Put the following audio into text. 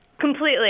Completely